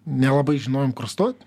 nelabai žinojom kur stot